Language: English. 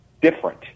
different